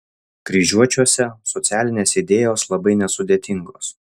kryžiuočiuose socialinės idėjos labai nesudėtingos